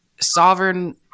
sovereign